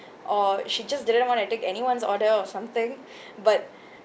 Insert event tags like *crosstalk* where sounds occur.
or she just didn't want to take anyone's order or something *breath* but